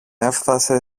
έφθασε